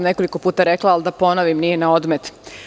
Nekoliko puta sam rekla, ali da ponovim, nije na odmet.